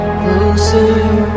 closer